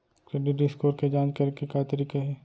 Credit score के जाँच करे के का तरीका हे?